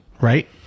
right